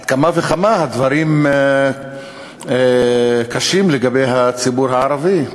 על אחת כמה וכמה הדברים קשים לגבי הציבור הערבי,